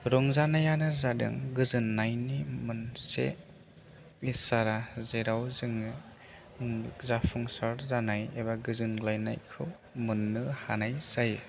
रंजानायानो जादों गोजोननायनि मोनसे इसारा जेराव जोङो जाफुंसार जानाय एबा गोजोनग्लायनायखौ मोननो हानाय जायो